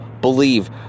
believe